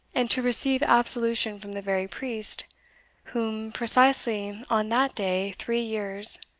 and to receive absolution from the very priest whom, precisely on that day three years,